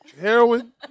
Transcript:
heroin